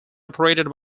operated